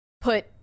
put